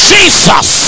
Jesus